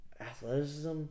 athleticism